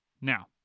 Now